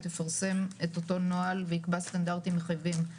יפרסם את אותו נוהל ויקבע סטנדרטים מחייבים.